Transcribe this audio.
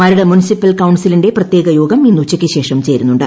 Maradu municipal കൌൺസിലിന്റെ പ്രത്യേക യോഗം ഇന്ന് ഉച്ചയ്ക്ക് ശേഷം ചേരുന്നുണ്ട്